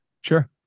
Sure